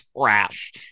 trash